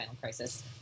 Crisis